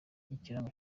ikirango